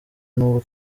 nubwo